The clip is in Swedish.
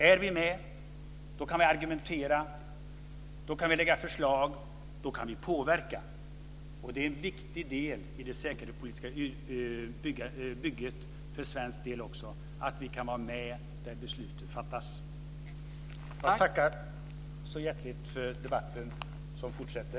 Är vi med så kan vi argumentera, lägga fram förslag och påverka. Det är en viktig del i det säkerhetspolitiska bygget för svensk del också att vi kan vara med där besluten fattas. Jag tackar så hjärtligt för debatten, som fortsätter.